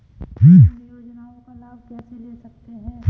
हम इन योजनाओं का लाभ कैसे ले सकते हैं?